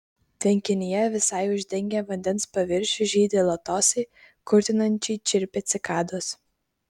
tvenkinyje visai uždengę vandens paviršių žydi lotosai kurtinančiai čirpia cikados